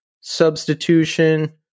substitution